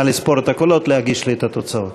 נא לספור את הקולות ולהגיש לי את התוצאות.